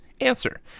Answer